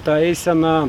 ta eisena